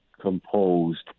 composed